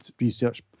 research